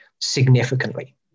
significantly